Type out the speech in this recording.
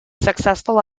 successful